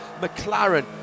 McLaren